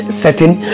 setting